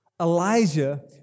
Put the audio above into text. Elijah